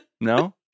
No